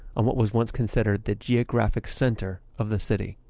and what was once considered the geographic center of the city